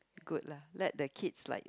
good lah let the kids like